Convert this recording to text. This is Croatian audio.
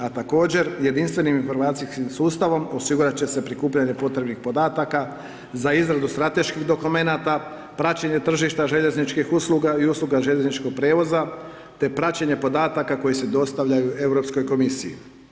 A također, jedinstvenim informacijskim sustavom osigurat će se prikupljanje potrebnih podataka za izradu strateških dokumenata, praćenje tržišta željezničkih usluga i usluga željezničkog prijevoza, te praćenje podataka koji se dostavljaju Europskoj komisiji.